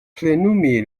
plenumi